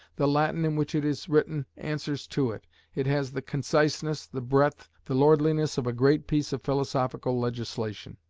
the latin in which it is written answers to it it has the conciseness, the breadth, the lordliness of a great piece of philosophical legislation.